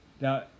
Now